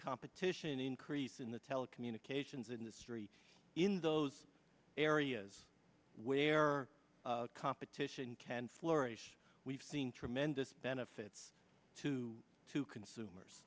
competition increase in the telecommunications industry in those areas where competition can flourish we've seen tremendous benefits to to consumers